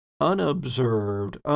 unobserved